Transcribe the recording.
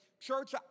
Church